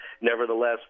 Nevertheless